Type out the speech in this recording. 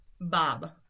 Bob